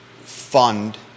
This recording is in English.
fund